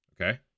okay